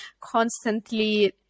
constantly